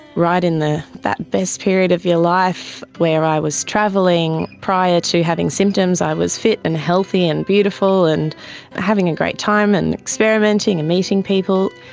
right in the best period of your life where i was travelling prior to having symptoms, i was fit and healthy and beautiful and but having a great time and experimenting and meeting people.